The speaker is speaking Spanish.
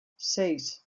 seis